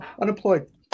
unemployed